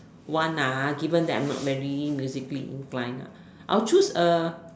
one ah given that I'm not very musically inclined I'll choose a